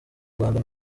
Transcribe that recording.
rwanda